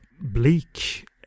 bleak